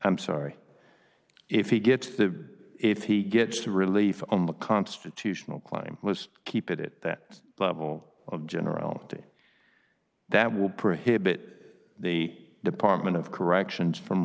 i'm sorry if he gets the if he gets the relief on the constitutional claim was keep it at that level of generality that will prohibit the department of corrections from